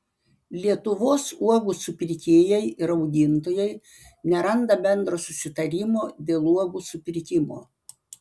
lietuvos uogų supirkėjai ir augintojai neranda bendro susitarimo dėl uogų supirkimo